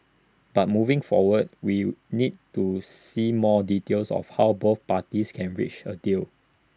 but moving forward we need to see more details of how both parties can reach A deal